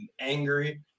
angry